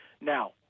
Now